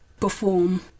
perform